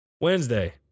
Wednesday